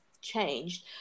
changed